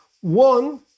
one